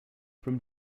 from